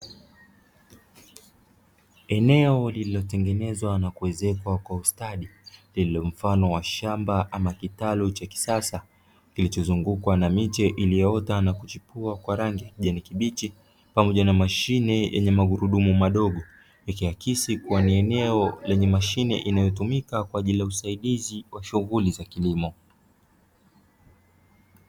Eneo lililotengenezwa na kuezekwa kwa ustadi, lililo mfano wa shamba ama kitalu cha kisasa kilichozungukwa na miche iliyoota na kuchipua kwa rangi ya kijani kibichi pamoja na mashine yenye magurudumu madogo, ikiakisi kuwa ni eneo lenye mashine inayotumika kwa ajili ya usaidizi wa shughuli za kilimo.